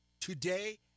today